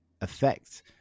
effect